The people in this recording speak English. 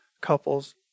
couples